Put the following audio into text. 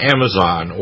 Amazon